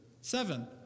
Seven